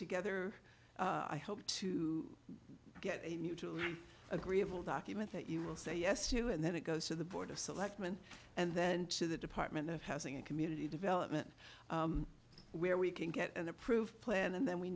together i hope to get a mutually agreeable document that you will say yes to and then it goes to the board of selectmen and then to the department of housing and community development where we can get an approved plan and then we